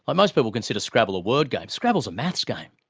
most people consider scrabble a word game. scrabble is a maths game.